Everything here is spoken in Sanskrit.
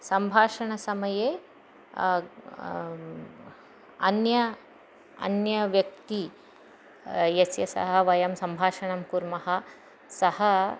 सम्भाषणसमये अन्य अन्यव्यक्तिः यस्य सह वयं सम्भाषणं कुर्मः सः